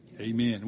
amen